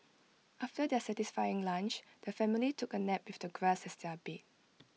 after their satisfying lunch the family took A nap with the grass as their bed